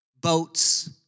boats